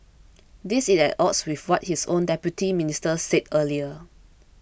this is at odds with what his own Deputy Minister said earlier